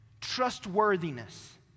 Trustworthiness